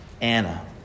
Anna